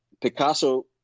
Picasso